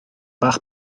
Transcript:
bach